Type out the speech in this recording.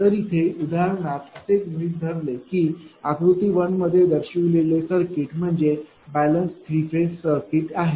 तर इथे या उदाहरणात असे गृहीत धरले की आकृती 1 मध्ये दर्शविलेले सर्किट म्हणजे बैलन्स्ट थ्री फेज़ सर्किट आहे